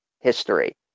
history